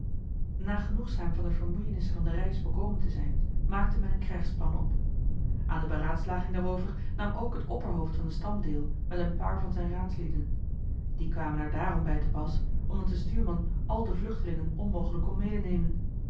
genoegzaam van de vermoeienissen van de reis bekomen te zijn maakte men een krijgsplan op aan de beraadslaging daarover nam ook het opperhoofd van den stam deel met een paar van zijn raadslieden die kwamen er daarom bij te pas omdat de stuurman al de vluchtelingen onmogelijk kon medenemen